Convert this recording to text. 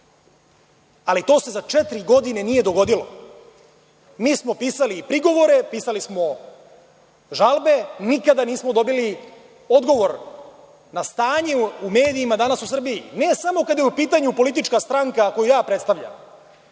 ali to se za četiri godine nije dogodilo. Mi smo pisali prigovore, pisali smo žalbe, nikada nismo dobili odgovor na stanje u medijima danas u Srbiji, ne samo kada je u pitanju politička stranka koju ja predstavljam,